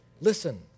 Listen